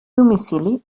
domicili